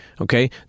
Okay